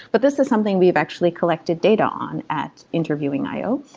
but this is something we have actually collected data on at interviewing io.